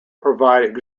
provide